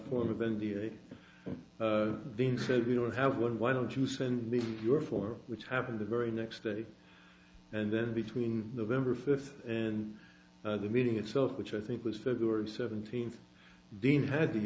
india being said we don't have one why don't you send me your four which happened the very next day and then between november fifth and the meeting itself which i think was february seventeenth dean had the